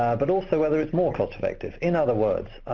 but also whether it's more cost-effective. in other words,